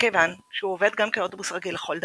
מכיוון שהוא עובד גם כאוטובוס רגיל לכל דבר.